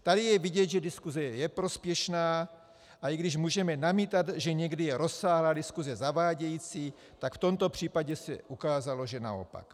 Tady je vidět, že diskuse je prospěšná, a i když můžeme namítat, že někdy je rozsáhlá diskuse zavádějící, tak v tomto případě se ukázalo, že naopak.